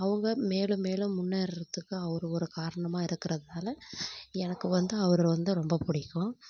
அவங்க மேலும் மேலும் முன்னேறத்துக்கு அவர் ஒரு காரணமாக இருக்கிறதுனால எனக்கு வந்து அவர் வந்து ரொம்ப பிடிக்கும்